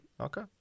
Okay